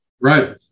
Right